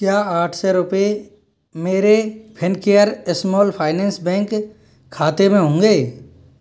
क्या आठ सौ रुपये मेरे फ़िनकेयर स्माल फ़ाइनेंस बैंक खाते में होंगे